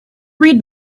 read